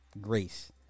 grace